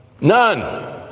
None